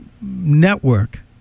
network